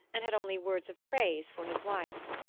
and had only words of praise for his wife.